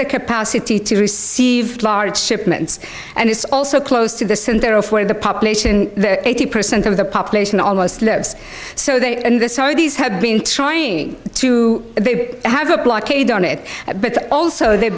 the capacity to receive large shipments and it's also close to the center of where the population eighty percent of the population almost lives so they and the saudis have been trying to they have a blockade on it but also they